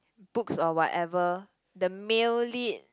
books or whatever the male lead